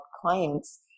clients